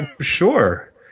sure